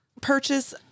purchase